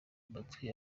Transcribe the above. amatwi